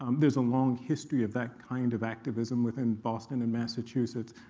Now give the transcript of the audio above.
um there's a long history of that kind of activism within boston and massachusetts.